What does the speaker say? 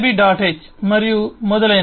h మరియు మొదలైనవి